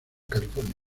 california